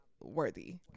worthy